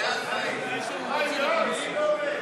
סעיף תקציבי 35,